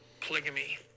polygamy